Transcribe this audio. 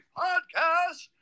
podcast